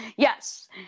Yes